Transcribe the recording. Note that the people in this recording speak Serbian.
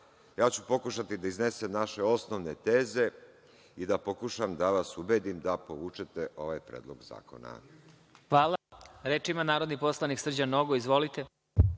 ja ću pokušati da iznesem naše osnovne teze i da pokušam da vas ubedim da povučete ovaj Predlog zakona.